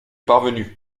parvenu